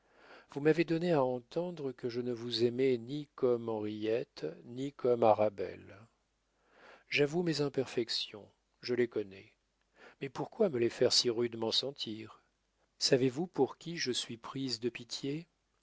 vous m'avez donné à entendre que je ne vous aimais ni comme henriette ni comme arabelle j'avoue mes imperfections je les connais mais pourquoi me les faire si rudement sentir savez-vous pour qui je suis prise de pitié